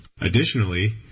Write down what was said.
Additionally